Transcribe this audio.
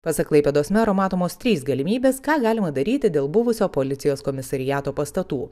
pasak klaipėdos mero matomos trys galimybės ką galima daryti dėl buvusio policijos komisariato pastatų